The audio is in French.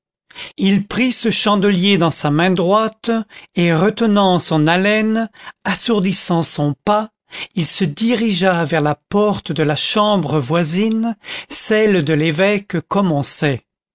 il prit ce chandelier dans sa main droite et retenant son haleine assourdissant son pas il se dirigea vers la porte de la chambre voisine celle de l'évêque